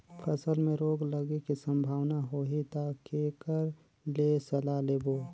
फसल मे रोग लगे के संभावना होही ता के कर ले सलाह लेबो?